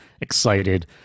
excited